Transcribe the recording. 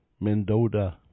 Mendota